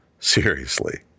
Seriously